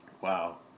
Wow